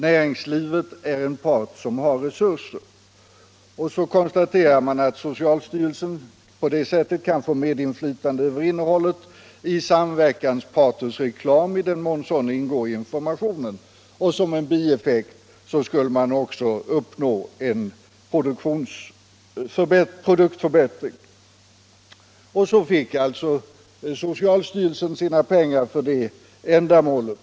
Näringslivet är en part som har resurser.” Sedan konstaterar man att socialstyrelsen på det sättet ”kan få medinflytande över innehållet i samverkansparters reklam i den mån sådan ingår i informationen”. Som en bieffekt skall man också uppnå en produktförbättring. Så fick alltså socialstyrelsen sina pengar för detta ändamål.